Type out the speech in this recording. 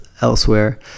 elsewhere